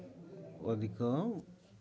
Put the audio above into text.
ଅଧିକ